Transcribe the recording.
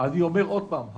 אני אומר עוד פעם,